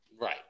Right